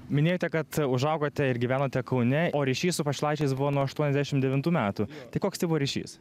minėjote kad užaugote ir gyvenote kaune o ryšys su pašilaičiais buvo nuo aštuoniasdešim devintų metų tai koks tai buvo ryšys